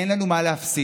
אין לנו מה להפסיד.